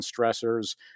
stressors